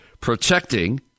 protecting